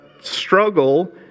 struggle